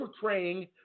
portraying